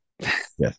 Yes